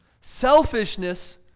Selfishness